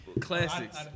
Classics